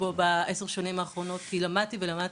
בו בעשרת השנים האחרונות כי למדתי ולמדתי.